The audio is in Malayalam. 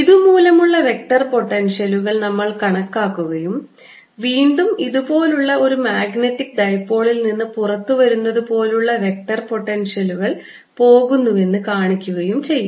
ഇതുമൂലമുള്ള വെക്റ്റർ പൊട്ടൻഷ്യലുകൾ നമ്മൾ കണക്കാക്കുകയും വീണ്ടും ഇതുപോലുള്ള ഒരു മാഗ്നെറ്റിക് ഡൈപോളിൽ നിന്ന് പുറത്തുവരുന്നതുപോലെ വെക്റ്റർ പൊട്ടൻഷ്യലുകൾ പോകുന്നുവെന്ന് കാണിക്കുകയും ചെയ്യും